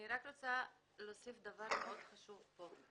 אני רק רוצה להוסיף דבר מאוד חשוב פה.